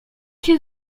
się